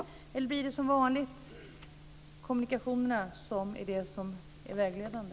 Eller är det, som vanligt, kommunikationerna som blir vägledande?